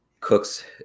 cooks